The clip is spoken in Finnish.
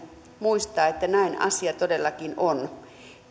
muistaa että näin asia todellakin on